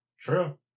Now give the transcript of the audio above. True